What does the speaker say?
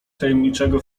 tajemniczego